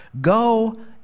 go